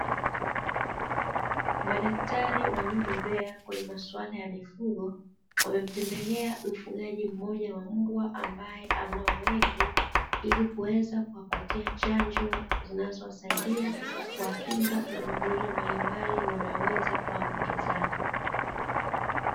Madaktari waliobobea kwenye maswala ya mifugo, wamemtembelea mfugaji mmoja wa mbwa ambae anao wengi ili kuweza kuwapatia chanjo zinazo wasaidia, kuwakinga na magonjwa mbalimbali wanayoweza kuambukizana.